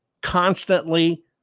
constantly